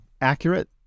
accurate